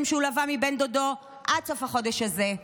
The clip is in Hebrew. שהוא לווה מבן דודו עד סוף החודש הזה.